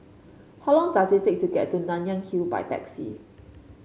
how long does it take to get to Nanyang Hill by taxi